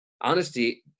honesty